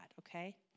Okay